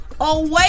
away